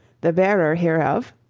the bearer hereof,